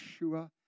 Yeshua